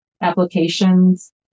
applications